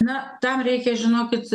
na tam reikia žinokit